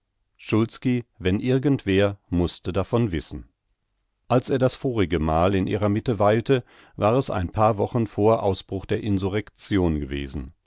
wenn irgendwer mußte davon wissen als er das vorige mal in ihrer mitte weilte war es ein paar wochen vor ausbruch der insurrektion gewesen